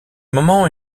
moment